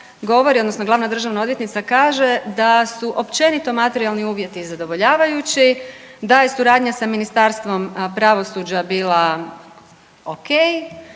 odnosno glavna državna odvjetnica kaže da su općenito materijalni uvjeti zadovoljavajući, da je suradnja sa Ministarstvom pravosuđa bila o.k.